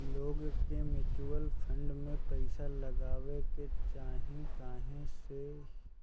लोग के mutual fund में पइसा लगावे के चाही काहे से